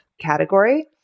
category